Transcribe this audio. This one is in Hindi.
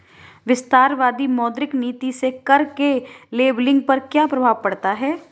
विस्तारवादी मौद्रिक नीति से कर के लेबलिंग पर क्या प्रभाव पड़ता है?